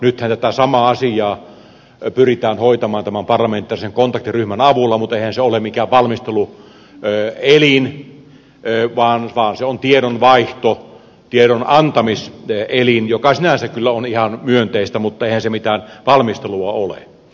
nythän tätä samaa asiaa pyritään hoitamaan tämän parlamentaarisen kontaktiryhmän avulla mutta eihän se ole mikään valmisteluelin vaan se on tiedonvaihto tiedonantamiselin mikä sinänsä kyllä on ihan myönteistä mutta eihän se mitään valmistelua ole